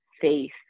faith